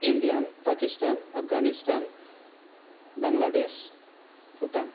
Indian Pakistan Afghanistan Bangladesh Bhutan